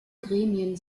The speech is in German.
gremien